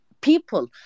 people